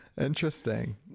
Interesting